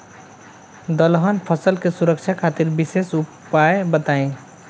दलहन फसल के सुरक्षा खातिर विशेष उपाय बताई?